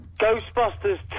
Ghostbusters